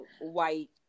white